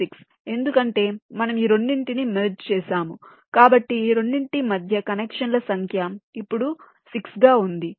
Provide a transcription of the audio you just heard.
ఎందుకంటే మనము ఈ రెండింటిని మెర్జ్ చేసాము కాబట్టి ఈ రెండింటి మధ్య కనెక్షన్ల సంఖ్య ఇప్పుడు 6 గా ఉంది